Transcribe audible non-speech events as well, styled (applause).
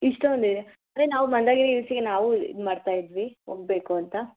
ಇಷ್ಟೊಂದು ಇದೆ ಅದೇ ನಾವು ಬಂದಾಗ (unintelligible) ನಾವು ಬಂದಾಗ ಇದು ಮಾಡ್ತಾಯಿದ್ವಿ ಹೋಗ್ಬೇಕು ಅಂತ